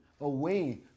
away